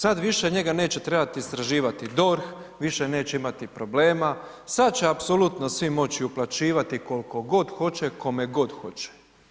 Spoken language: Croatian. Sad njega više neće trebati istraživati DORH, više neće imati problema, sad će apsolutno svi moći uplaćivati koliko god hoće kome god hoće.